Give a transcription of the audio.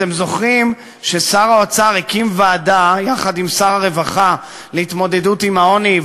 אתם זוכרים ששר האוצר הקים יחד עם שר הרווחה ועדה להתמודדות עם העוני,